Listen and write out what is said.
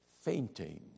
fainting